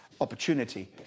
opportunity